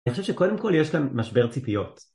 אני חושב שקודם כל יש להם משבר ציפיות.